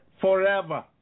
forever